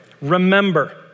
Remember